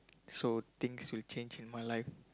so things will change in my life